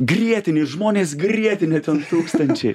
grietinė ir žmonės grietinė ten tūkstančiai